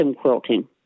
quilting